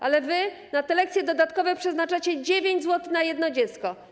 Ale wy na te lekcje dodatkowe przeznaczacie 9 zł na jedno dziecko.